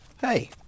Hey